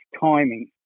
timing